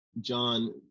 John